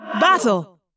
Battle